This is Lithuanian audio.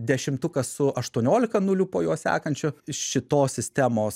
dešimtukas su aštuoniolika nulių po jo sekančių iš šitos sistemos